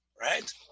right